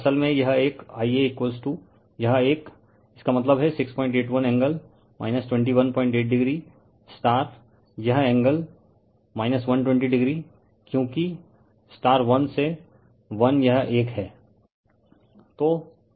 असल में यह एक Ia यह एक इसका मतलब हैं 681 एंगल 218o यह एंगल 120o क्योकि 1 से 1 यह एक हैं